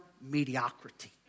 mediocrity